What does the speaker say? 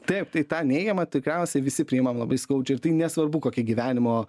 taip tai tą neigiamą tikriausiai visi priimam labai skaudžiai ir tai nesvarbu kokie gyvenimo